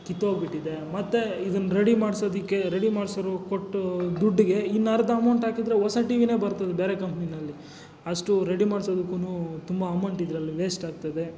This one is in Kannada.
ಕಿತ್ತೋಗಿಬಿಟ್ಟಿದೆ ಮತ್ತೆ ಇದನ್ನು ರೆಡಿ ಮಾಡಿಸೋದಕ್ಕೆ ರೆಡಿ ಮಾಡ್ಸೋರು ಕೊಟ್ಟು ದುಡ್ಡಿಗೆ ಇನ್ನರ್ಧ ಅಮೌಂಟಾಕಿದ್ರೆ ಹೊಸ ಟಿವಿಯೇ ಬರ್ತದೆ ಬೇರೆ ಕಂಪ್ನಿಯಲ್ಲಿ ಅಷ್ಟು ರೆಡಿ ಮಾಡಿಸೋದಕ್ಕೂತುಂಬ ಅಮೌಂಟ್ ಇದ್ರಲ್ಲಿ ವೇಸ್ಟಾಗ್ತದೆ